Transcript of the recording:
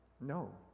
No